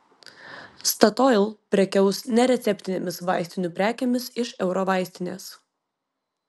statoil prekiaus nereceptinėmis vaistinių prekėmis iš eurovaistinės